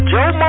Joe